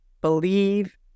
believe